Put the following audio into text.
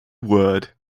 word